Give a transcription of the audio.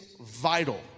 vital